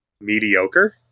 mediocre